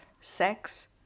sex